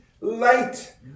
light